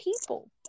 people